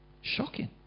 Shocking